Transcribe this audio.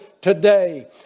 Today